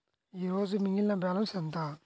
ఈరోజు మిగిలిన బ్యాలెన్స్ ఎంత?